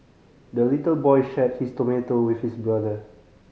the little boy shared his tomato with his brother